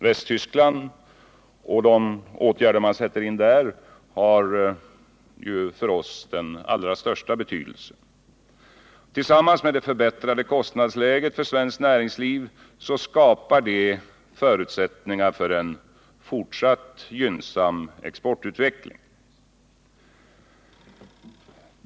Västtyskland och de åtgärder man där sätter in har för oss den största betydelse. Tillsammans med det förbättrade kostnadsläget för svenskt näringsliv skapar det förutsättningar för en fortsatt gynnsam exportutveckling.